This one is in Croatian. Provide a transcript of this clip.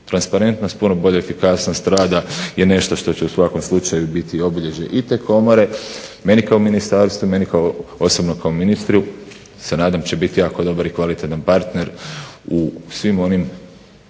Transparentnost puno bolja efikasnost rada je nešto što će u svakom slučaju biti obilježje i te komore, meni kao ministarstvu, mene kao osobno kao ministru se nadam da će biti jako dobar i kvalitetan partner u svim onim